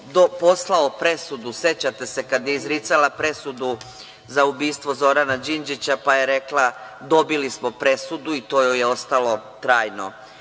poslao presudu, sećate se kada je izricala presudu za ubistvo Zorana Đinđića, pa je rekla – dobili smo presudu, to joj je ostalo trajno